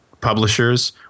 publishers